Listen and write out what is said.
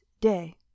day